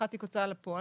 פתחה תיק הוצאה לפועל,